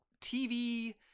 TV